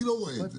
אני לא רואה את זה.